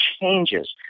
changes